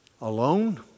Alone